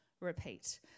repeat